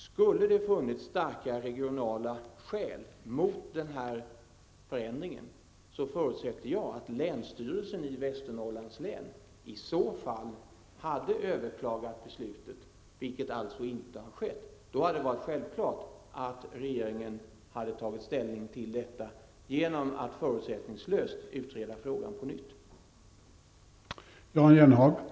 Skulle det ha funnits starka regionala skäl för att inte göra denna förändring, förutsätter jag att länsstyrelsen i Västernorrlands län i så fall hade överklagat beslutet. Då hade det varit självklart för regeringen att ta ställning till detta, genom att förutsättningslöst utreda frågan på nytt. Länsstyrelsen har alltså inte överklagat.